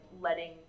letting